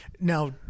now